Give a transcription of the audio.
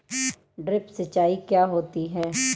Drip सिंचाई क्या होती हैं?